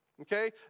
Okay